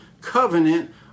covenant